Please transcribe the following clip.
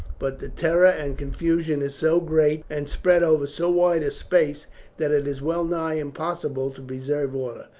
but the terror and confusion is so great and spread over so wide a space that it is well nigh impossible to preserve order.